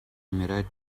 умирают